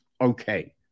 okay